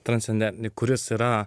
transcendentinį kuris yra